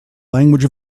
language